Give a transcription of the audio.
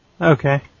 Okay